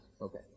Okay